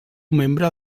membre